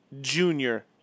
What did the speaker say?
junior